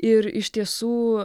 ir iš tiesų